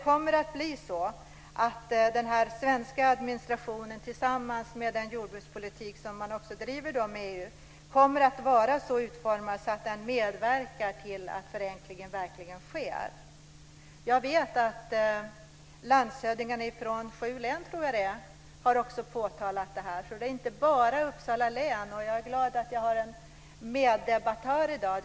Kommer den svenska administrationen, tillsammans med den jordbrukspolitik som drivs med EU, att vara så utformad att den medverkar till att förenklingen verkligen sker? Jag vet att landshövdingar från - jag tror - sju län också har påtalat detta. Det gäller inte bara Uppsala län. Jag är glad att jag har en meddebattör i dag.